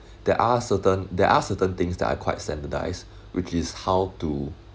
there are certain there are certain things that are quite standardised which is how to